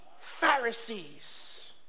Pharisees